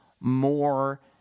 more